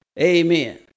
Amen